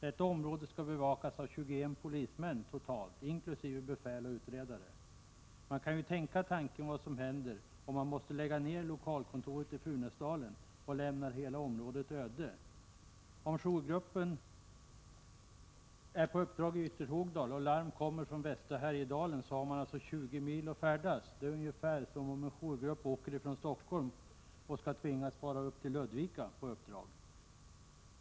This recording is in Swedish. Detta område skall bevakas av totalt 21 polismän, inkl. befäl och utredare. Man kan ju tänka tanken vad som händer om man måste lägga ned lokalkontoret i Funäsdalen och lämna hela området öde. Om jourgruppen är på uppdrag i Ytterhogdal och larm kommer från västra Härjedalen har man 20 mil att färdas. Det motsvarar ungefär att en jourgrupp i Stockholm skulle tvingas att åka till Ludvika på uppdrag.